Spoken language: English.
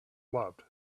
loved